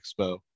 expo